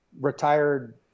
retired